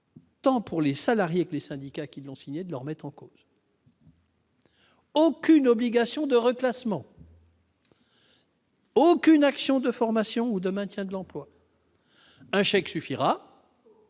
Tant pour les salariés des syndicats qui ont signé de remettre en cause. Aucune obligation de reclassements. Aucune action de formation ou de maintien de l'emploi, un chèque suffira,